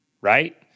Right